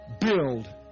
build